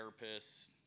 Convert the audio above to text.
therapists